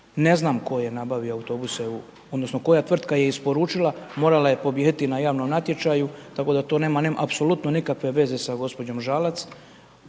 Ne znam tko je nabavio autobuse u, odnosno koja tvrtka je isporučila morala je pobijediti na javnom natječaju, tako da to nema apsolutno nikakve veze sa gospođom Žalac,